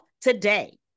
today